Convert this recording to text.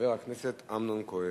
חבר הכנסת אמנון כהן.